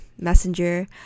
messenger